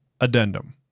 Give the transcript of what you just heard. Addendum